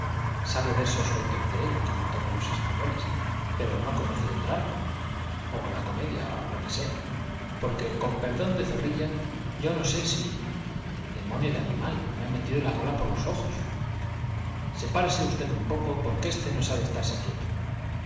sabe versos sueltos de él como todos los españoles pero no conoce el drama o la comedia lo que sea porque con perdón de zorrilla yo no sé si demonio de animal me ha metido la cola por los ojos sepárese usted un poco porque este no sabe estarse quieto